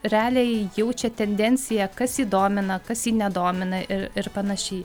realiai jaučia tendenciją kas jį domina kas jį nedomina ir ir panašiai